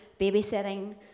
babysitting